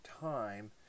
time